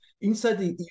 Inside